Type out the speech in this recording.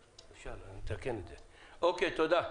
תודה.